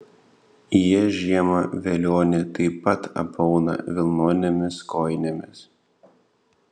jie žiemą velionį taip pat apauna vilnonėmis kojinėmis